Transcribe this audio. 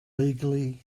legally